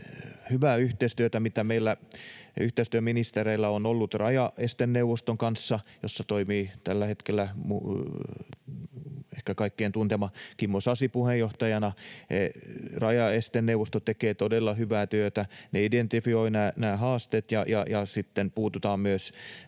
hyvää yhteistyötä, mitä meillä yhteistyöministereillä on ollut rajaesteneuvoston kanssa, jossa toimii tällä hetkellä ehkä kaikkien tuntema Kimmo Sasi puheenjohtajana. Rajaesteneuvosto tekee todella hyvää työtä. He identifioivat nämä haasteet ja sitten puuttuvat myös